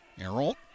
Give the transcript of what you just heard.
Errol